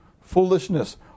foolishness